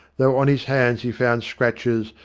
though on his hands he found scratches,